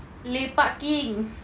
lepaking